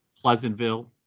Pleasantville